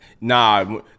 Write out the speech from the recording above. Nah